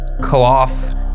cloth